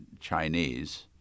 Chinese